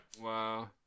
Wow